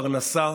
פרנסה,